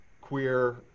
queer